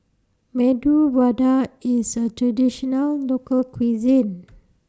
Medu Vada IS A Traditional Local Cuisine